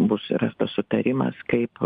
bus rastas sutarimas kaip